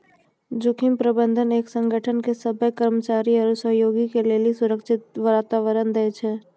जोखिम प्रबंधन एक संगठन के सभ्भे कर्मचारी आरू गहीगी के लेली सुरक्षित वातावरण दै छै